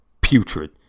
putrid